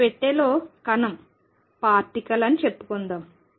ఒక పెట్టెలో కణం పార్టికల్ అని చెప్పుకుందాం